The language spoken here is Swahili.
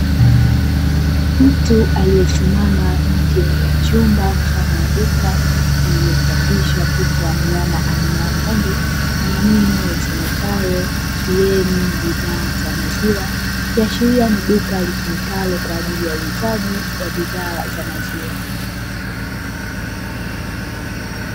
Mtu aliyesimama nje ya chumba mfano wa duka lililochapishwa picha ya mnyama aina ya ng'ombe na maneno yasomekayo "Kieni bidhaa za maziwa", ikiashiria ni duka litumikalo kwa ajili ya uuzaji wa bidhaa za maziwa.